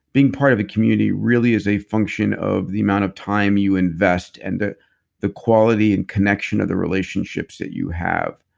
being part of a community really is a function of the amount of time you invest and ah the quality and connection of the relationships that you have.